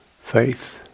faith